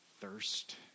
thirst